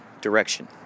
direction